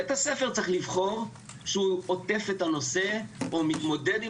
בית הספר צריך לבחור שהוא עוטף את הנושא או מתמודד את